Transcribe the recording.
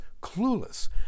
clueless